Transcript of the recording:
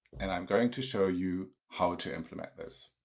and i'm going to show you how to implement this.